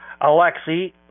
Alexei